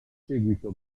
seguito